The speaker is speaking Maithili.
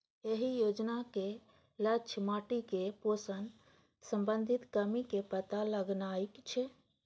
एहि योजनाक लक्ष्य माटिक पोषण संबंधी कमी के पता लगेनाय छै